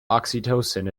oxytocin